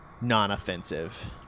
non-offensive